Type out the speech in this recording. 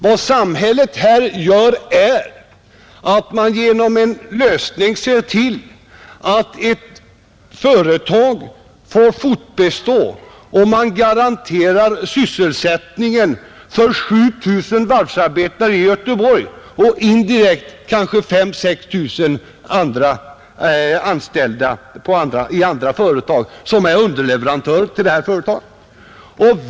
Vad samhället här gör är att man genom denna lösning ser till att ett företag får fortbestå och att man garanterar sysselsättning för 7 000 varvsarbetare i Göteborg och indirekt för kanske 5 000—6 000 anställda i andra företag som är underleverantörer till detta företag.